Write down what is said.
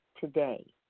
today